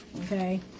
Okay